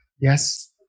Yes